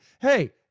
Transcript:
hey